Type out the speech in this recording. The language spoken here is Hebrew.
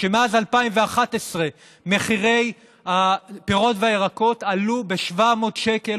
שמאז 2011 מחירי הפירות והירקות עלו ב-700 שקל,